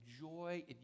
joy